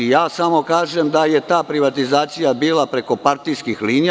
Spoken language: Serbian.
Samo kažem da je ta privatizacija bila preko partijskih linija.